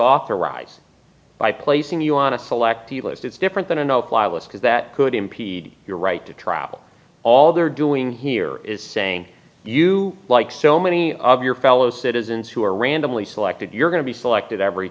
authorized by placing you on a select seal if it's different than a no fly list because that could impede your right to travel all they are doing here is saying you like so many of your fellow citizens who are randomly selected you're going to be selected every